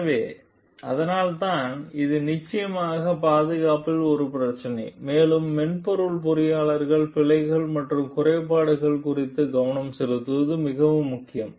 எனவே அதனால்தான் இது நிச்சயமாக பாதுகாப்பில் ஒரு பிரச்சினை மேலும் மென்பொருள் பொறியாளர்கள் பிழைகள் மற்றும் குறைபாடுகள் குறித்து கவனம் செலுத்துவது மிகவும் முக்கியம்